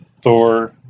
Thor